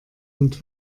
und